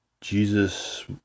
Jesus